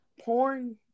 porn